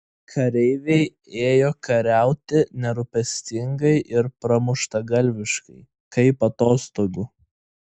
kareiviai ėjo kariauti nerūpestingai ir pramuštgalviškai kaip atostogų